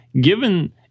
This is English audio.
given